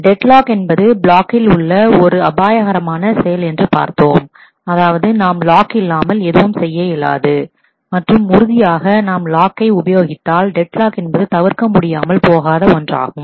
dead lock என்பது பிளாக்கில் உள்ள ஒரு அபாயகரமான செயல் என்று பார்த்தோம் அதாவது நாம் லாக் இல்லாமல் எதுவும் செய்ய இயலாது மற்றும் உறுதியாக நாம் லாக்கை உபயோகித்தால் டெட் லாக் என்பது தவிர்க்கமுடியாமல் போகாத ஒன்றாகும்